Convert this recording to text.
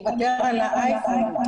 רציתי לספר על התהליכים